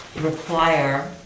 require